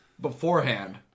beforehand